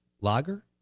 lager